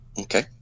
Okay